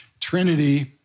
Trinity